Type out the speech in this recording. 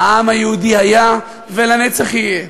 העם היהודי היה ולנצח יהיה.